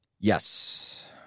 Yes